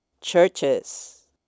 churches